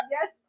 Yes